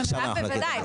עכשיו, בוודאי.